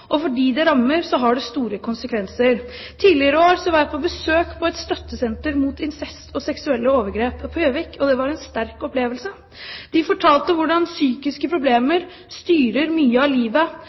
og for dem det rammer, har det store konsekvenser. Tidligere i år var jeg på besøk på et støttesenter mot incest og seksuelle overgrep på Gjøvik, og det var en sterk opplevelse. De fortalte hvordan psykiske problemer styrer mye av livet: